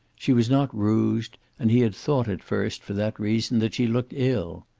she was not rouged, and he had thought at first, for that reason, that she looked ill.